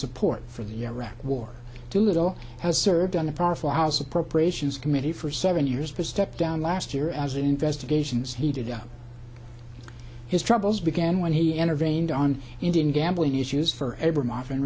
support for the iraq war too little has served on the powerful house appropriations committee for seven years for stepped down last year as investigations heated up his troubles began when he entertained on indian gambling issues for every modern